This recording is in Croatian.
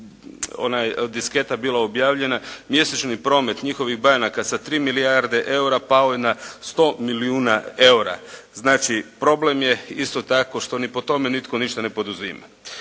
disketa bila objavljena. Mjesečni promet njihovih banaka sa 3 milijarde EUR-a pao je na 100 milijuna EUR-a. Znači problem je isto tako što ni po tome nitko ništa ne poduzima.